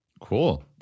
Cool